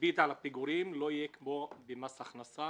שהריבית על פיגורים לא תהיה כמו במס הכנסה?